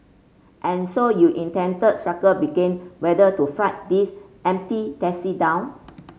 and so you intent struggle begin whether to flag these empty taxi down